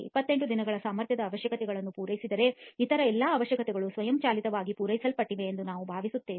28 ದಿನಗಳ ಸಾಮರ್ಥ್ಯದ ಅವಶ್ಯಕತೆಗಳನ್ನು ಪೂರೈಸಿದರೆ ಇತರ ಎಲ್ಲ ಅವಶ್ಯಕತೆಗಳು ಸ್ವಯಂಚಾಲಿತವಾಗಿ ಪೂರೈಸಲ್ಪಡುತ್ತವೆ ಎಂದು ನಾವು ಭಾವಿಸುತ್ತೇವೆ